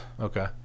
Okay